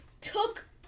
Took